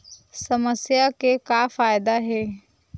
समस्या के का फ़ायदा हे?